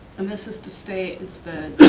and this is to stay, it's the